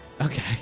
okay